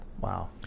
Wow